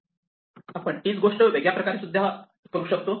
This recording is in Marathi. आपण तीच गोष्ट वेगळ्या प्रकारे सुद्धा करू शकतो